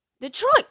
Detroit